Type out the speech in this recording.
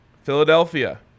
Philadelphia